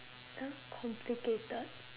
!huh! complicated